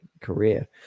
career